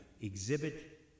exhibit